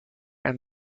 and